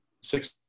six